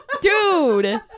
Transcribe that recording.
Dude